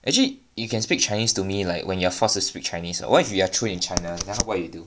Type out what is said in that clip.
actually you can speak chinese to me like when you're forced to speak chinese what if we are thrown in China then why you do